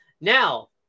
Now